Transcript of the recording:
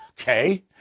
Okay